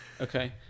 okay